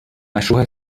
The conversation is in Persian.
مشروح